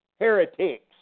heretics